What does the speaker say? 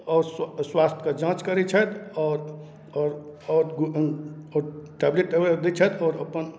आओर स्वा स्वास्थ्यके जाँच करै छथि आओर आओर आओर आओर टैबलेट वगैरह दै छथि आओर अपन